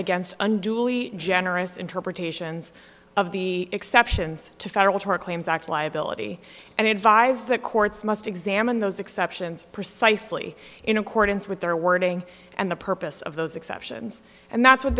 unduly generous interpretations of the exceptions to federal tort claims act liability and advise that courts must examine those exceptions precisely in accordance with their wording and the purpose of those exceptions and that's what